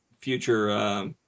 future